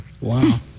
Wow